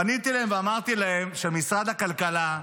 פניתי אליהם ואמרתי להם שמשרד הכלכלה,